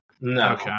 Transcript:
No